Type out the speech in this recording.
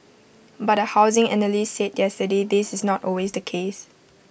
but A housing analyst said yesterday this is not always the case